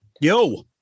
yo